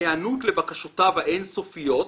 היענות לבקשותיו האין סופיות.